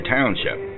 Township